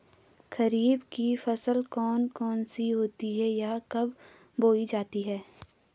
खरीफ की फसल कौन कौन सी होती हैं यह कब बोई जाती हैं?